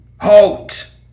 Halt